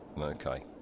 okay